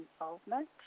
involvement